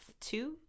two